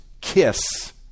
kiss